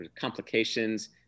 complications